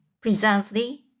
Presently